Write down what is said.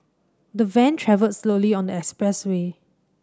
the van travelled slowly on the expressway